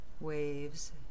waves